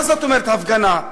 מה זאת אומרת, הפגנה?